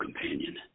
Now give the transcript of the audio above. companion